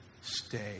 Stay